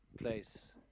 place